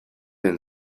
been